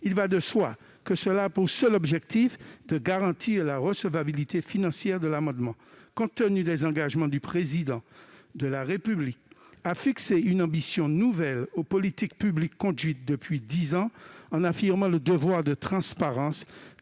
glissement de crédits a pour seul objectif de garantir la recevabilité financière de l'amendement. Compte tenu des engagements du Président de la République, qui a fixé une ambition nouvelle aux politiques publiques conduites depuis dix ans, en affirmant le devoir de transparence